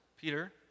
Peter